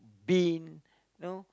bin